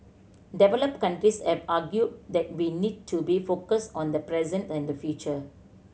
developed countries have argued that we need to be focused on the present and the future